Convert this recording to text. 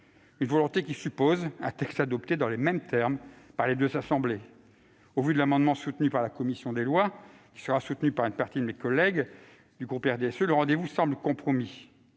volonté qui suppose que le texte soit adopté dans les mêmes termes par les deux assemblées. Au vu de l'amendement défendu par la commission des lois, qui sera soutenu par une partie de mes collègues du groupe du RDSE, le rendez-vous semble compromis.